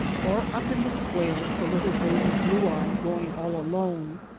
or up in the swales the little baby blue-eye grow ing all alone,